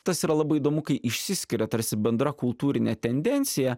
tas yra labai įdomu kai išsiskiria tarsi bendra kultūrinė tendencija